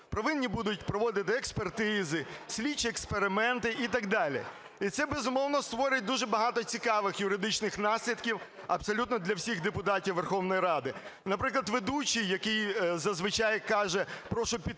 повинні будуть проводити експертизи, слідчі експерименти і так далі. І це, безумовно, створить дуже багато цікавих юридичних наслідків абсолютно для всіх депутатів Верховної Ради. Наприклад, ведучий, який зазвичай каже "прошу підтримати